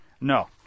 No